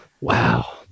Wow